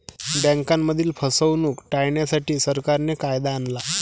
बँकांमधील फसवणूक टाळण्यासाठी, सरकारने कायदा आणला